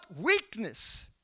Weakness